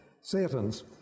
Satan's